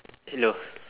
hello